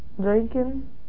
drinking